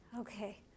Okay